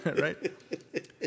right